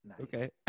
Okay